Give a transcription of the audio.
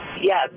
Yes